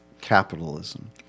capitalism